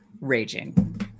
raging